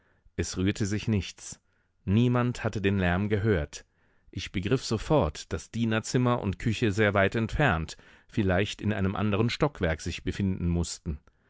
es rührte sich nichts niemand hatte den lärm gehört ich begriff sofort daß dienerzimmer und küche sehr weit entfernt vielleicht in einem anderen stockwerk sich befinden mußten